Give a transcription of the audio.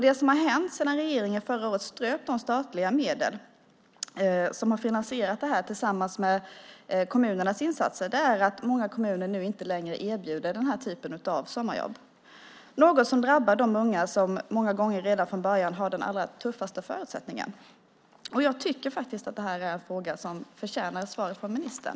Det som har hänt sedan regeringen förra året ströp de statliga medlen som har finansierat detta tillsammans med kommunernas insatser är att många kommuner inte längre erbjuder den typen av sommarjobb. Det är något som drabbar de unga som många gånger redan från början har de tuffaste förutsättningarna. Jag tycker faktiskt att det här är en fråga som förtjänar ett svar från ministern.